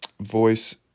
voice